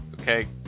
Okay